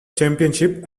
championship